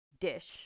dish